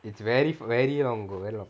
it's very very long ago very long